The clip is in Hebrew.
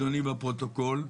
אדוני, בפרוטוקול,